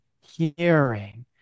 hearing